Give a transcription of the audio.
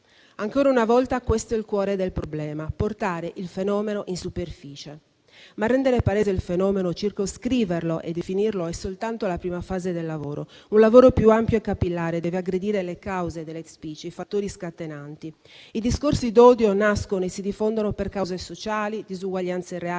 Ancora una volta, questo è il cuore del problema: portare il fenomeno in superficie, ma renderlo palese, circoscriverlo e definirlo è soltanto la prima fase del lavoro, che deve poi diventare più ampio e capillare per aggredire le cause dell'*hate speech*, i fattori scatenanti. I discorsi d'odio nascono e si diffondono per cause sociali, disuguaglianze reali